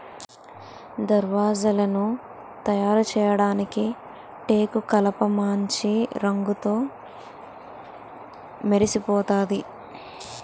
దర్వాజలను తయారుచేయడానికి టేకుకలపమాంచి రంగుతో మెరిసిపోతాది